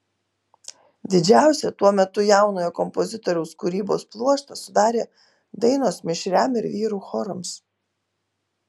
didžiausią tuo metu jaunojo kompozitoriaus kūrybos pluoštą sudarė dainos mišriam ir vyrų chorams